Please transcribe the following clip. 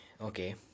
Okay